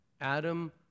Adam